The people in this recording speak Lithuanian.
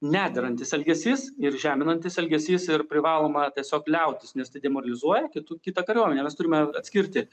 nederantis elgesys ir žeminantis elgesys ir privaloma tiesiog liautis nes tai demoralizuoja kitų kitą kariuomenę mes turime atskirti